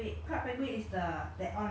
remember that time during my birthday where